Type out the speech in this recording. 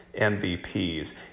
MVPs